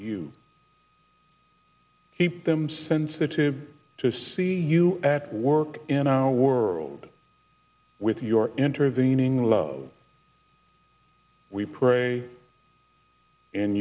you keep them sensitive to see you at work in our world with your intervening lo we pray